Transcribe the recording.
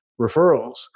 referrals